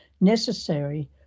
necessary